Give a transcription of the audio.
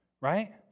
right